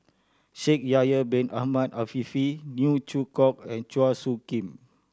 Shaikh Yahya Bin Ahmed Afifi Neo Chwee Kok and Chua Soo Khim